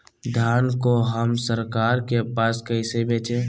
धान को हम सरकार के पास कैसे बेंचे?